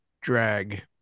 drag